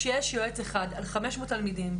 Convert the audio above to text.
כשיש יועץ אחד על חמש מאות תלמידים,